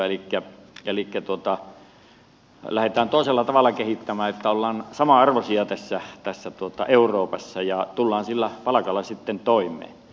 elikkä lähdetään toisella tavalla kehittämään että ollaan samanarvoisia tässä euroopassa ja tullaan sillä palkalla sitten toimeen